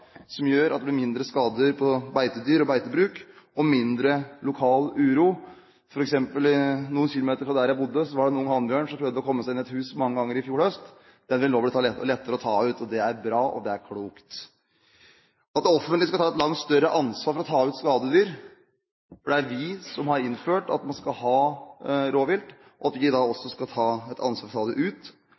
som gjør at det blir mindre skader når det gjelder beitedyr og beitebruk, og mindre lokal uro. For eksempel noen kilometer fra der jeg bodde, var det en ung hannbjørn som prøvde å komme seg inn i et hus mange ganger i fjor høst. Den vil det nå bli lettere å ta ut. Det er bra, og det er klokt. Det offentlige skal ta et langt større ansvar for å ta ut skadedyr. Det er vi som har innført at vi skal ha rovvilt, og da skal vi også ha et ansvar for å ta dem ut.